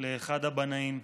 לאחד הבנאים.